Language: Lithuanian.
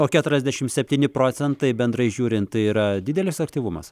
o keturiasdešimt septyni procentai bendrai žiūrint yra didelis aktyvumas